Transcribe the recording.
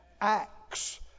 acts